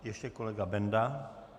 Ještě kolega Benda.